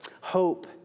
Hope